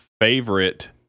favorite